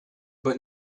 but